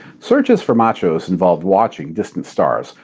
searches for machos involved watching distant stars,